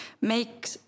make